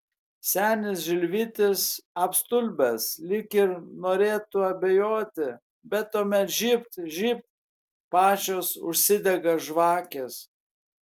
senis žilvytis apstulbęs lyg ir norėtų abejoti bet tuomet žybt žybt pačios užsidega žvakės